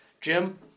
Jim